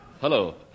Hello